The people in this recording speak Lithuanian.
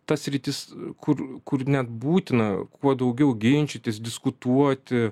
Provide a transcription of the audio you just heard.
ta sritis kur kur net būtina kuo daugiau ginčytis diskutuoti